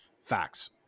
facts